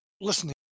listening